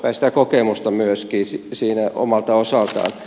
sitä kokemusta myöskin siinä omalta osaltaan